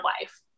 life